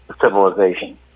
civilization